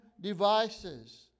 devices